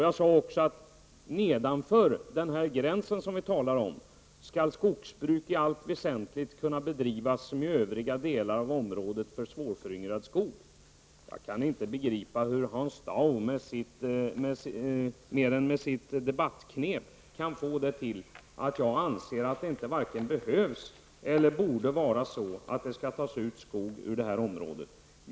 Jag sade också att ''nedanför denna gräns skall skogsbruk i allt väsentligt kunna bedrivas som i övriga delar av området för svårföryngrad skog''. Jag kan inte begripa hur Hans Dau annat än med debattknep kan få detta till att jag anser att det varken behövs eller borde tas ut skog ur detta område.